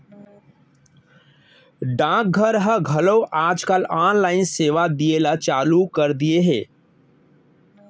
डाक घर ह घलौ आज काल ऑनलाइन सेवा दिये ल चालू कर दिये हे